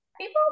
people